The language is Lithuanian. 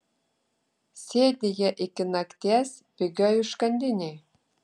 sėdi jie iki nakties pigioj užkandinėj